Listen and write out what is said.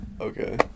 Okay